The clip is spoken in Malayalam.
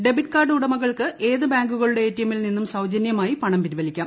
ഡെബിറ്റ് കാർഡ് ഉടമകൾക്ക് ഏത് ബാങ്കുകളുടെ എടിഎം ൽ നിന്ന് സൌജന്യമായി പണം പിൻവലിക്കാം